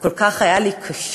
וכל כך היה לי קשה